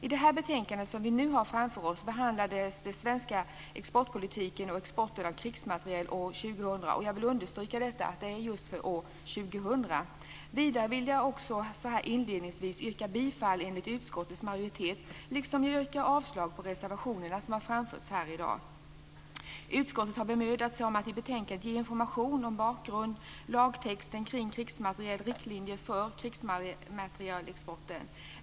I det betänkande som vi nu har framför oss behandlas den svenska exportpolitiken och exporten av krigsmateriel år 2000. Jag vill understryka att det just är för år 2000. Vidare vill jag så här inledningsvis också yrka bifall till utskottsmajoritetens förslag i betänkandet och avslag på de reservationer som har framförts här i dag. Utskottet har bemödat sig om att i betänkandet ge information om bakgrunden, lagtexten kring krigsmateriel och riktlinjer för krigsmaterielexporten.